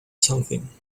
something